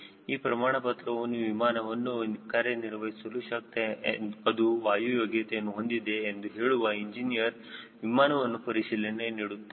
ಈ ಪ್ರಮಾಣ ಪತ್ರವನ್ನು ವಿಮಾನವನ್ನು ಕಾರ್ಯನಿರ್ವಹಿಸಲು ಶಕ್ತ ಅದು ವಾಯು ಯೋಗ್ಯತೆಯನ್ನು ಹೊಂದಿದೆ ಎಂದು ಹೇಳುವ ಇಂಜಿನಿಯರ್ ವಿಮಾನವನ್ನು ಪರಿಶೀಲಿಸಿ ನೀಡುತ್ತಾನೆ